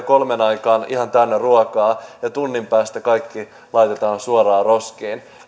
kolmen aikaan ihan täynnä ruokaa ja tunnin päästä kaikki laitetaan suoraan roskiin